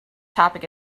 topic